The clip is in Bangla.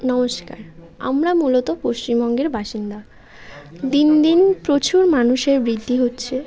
নমস্কার আমরা মূলত পশ্চিমবঙ্গের বাসিন্দা দিন দিন প্রচুর মানুষের বৃদ্ধি হচ্ছে